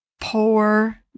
Poor